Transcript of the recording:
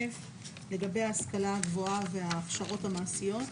לגבי ההשכלה הגבוהה וההכשרות המעשיות.